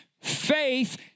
Faith